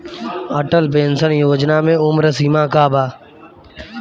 Atal pension योजना मे उम्र सीमा का बा?